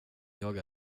jag